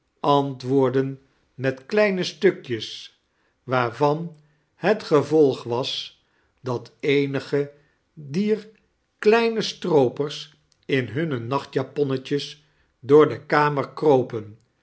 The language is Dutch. met kleine stukjes waarrvan het gevolg was dat eenige dier kleine stroopers in hunne nachtjaponnetjes door de kamer kropen